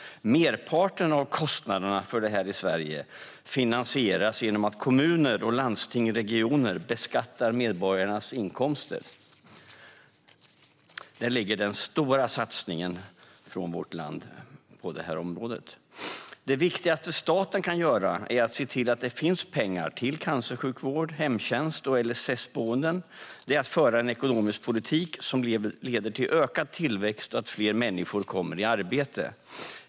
Merparten av kostnaderna för detta i Sverige finansieras genom att kommuner, landsting och regioner beskattar medborgarnas inkomster. Där ligger den stora satsningen från vårt land på det här området. Det viktigaste staten kan göra för att se till att det finns pengar till cancersjukvård, hemtjänst och LSS-boenden är att föra en ekonomisk politik som leder till ökad tillväxt och att fler människor kommer i arbete.